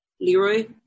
Leroy